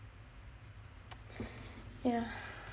yah